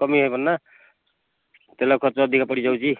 କମେଇ ହେବନି ନା ତେଲ ଖର୍ଚ୍ଚ ଅଧିକା ପଡ଼ିଯାଉଛି